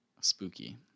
spooky